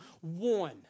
one